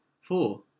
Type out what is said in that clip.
four